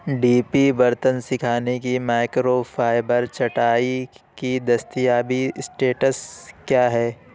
D P برتن سکھانے کی مائکروفائبر چٹائی کی دستیابی سٹیٹس کیا ہے